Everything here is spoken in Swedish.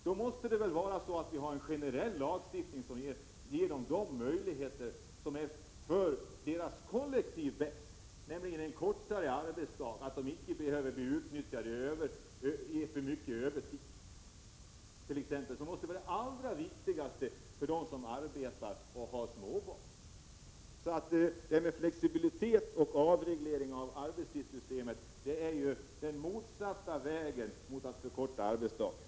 Därför måste vi ha en generell lagstiftning som ger de möjligheter som är bäst för personalen som kollektiv, nämligen en kortare arbetsdag och att personalen inte behöver bli utnyttjad genom att tvingas att arbeta en massa övertid. Allra viktigast måste det vara för dem som arbetar och har små barn. Flexibilitet och avreglering av arbetstidssystemet är den motsatta vägen mot att förkorta arbetsdagen.